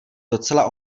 docela